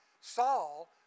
Saul